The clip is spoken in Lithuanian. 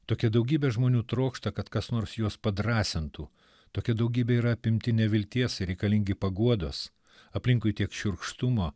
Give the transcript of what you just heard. tokia daugybė žmonių trokšta kad kas nors juos padrąsintų tokia daugybė yra apimti nevilties ir reikalingi paguodos aplinkui tiek šiurkštumo